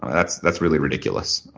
that's that's really ridiculous.